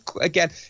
again